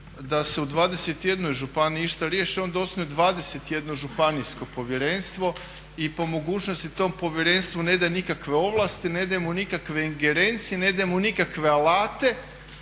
da se u 21 županiji išta riješi onda osnuj 21 županijsko povjerenstvo i po mogućnosti tom povjerenstvu ne daj nikakve ovlasti, ne daj mu nikakve ingerencije, ne daj mu nikakve alate